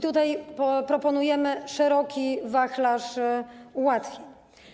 Tutaj proponujemy szeroki wachlarz ułatwień.